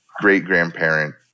great-grandparent